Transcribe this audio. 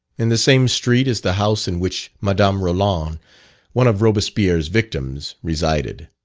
in the same street, is the house in which madame roland one of robespierre's victims resided.